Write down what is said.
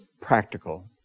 practical